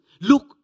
look